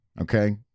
Okay